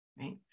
right